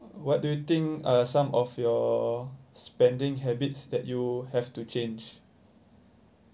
what do you think are some of your spending habits that you have to change